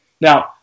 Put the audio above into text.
Now